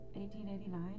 1889